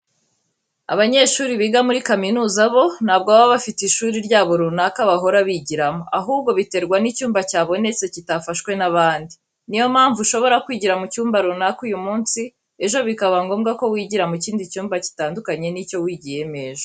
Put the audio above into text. Abanyeshuri biga muri kaminuza bo ntabwo baba bafite ishuri ryabo runaka bahora bigiramo, ahubwo biterwa n'icyumba cyabonetse kitafashwe n'abandi. Niyo mpamvu ushobora kwigira mu cyumba runaka uyu munsi, ejo bikaba ngombwa ko wigira mu kindi cyumba gitandukanye n'icyo wigiyemo ejo.